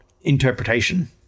interpretation